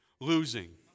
Losing